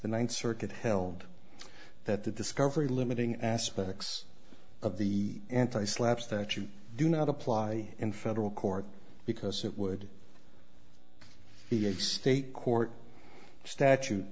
the ninth circuit held that the discovery limiting aspects of the anti slaps that you do not apply in federal court because it would be a state court statute